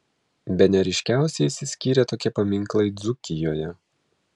bene ryškiausiai išsiskyrė tokie paminklai dzūkijoje